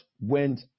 went